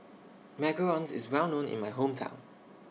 Macarons IS Well known in My Hometown